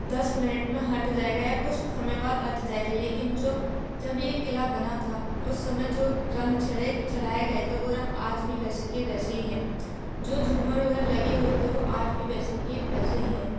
दस मिनट मे हट जाएगा या कुछ समय बाद हट जाएगा लेकिन जो जब ये क़िला बना था उस समय जो रंग चढ़े चढ़ाए गए थे वो रंग आज भी वैसे के वैसे ही हैं जो झूमर वग़ैरह लगे हुए थे वो आज भी वैसे के वैसे ही हैं